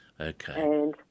Okay